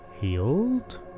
Healed